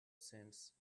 sense